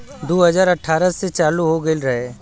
दू हज़ार अठारह से चालू हो गएल रहे